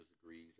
degrees